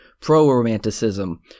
pro-romanticism